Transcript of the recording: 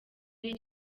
ari